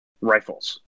rifles